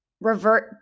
revert